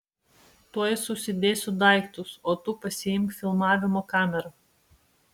tuoj susidėsiu daiktus o tu pasiimk filmavimo kamerą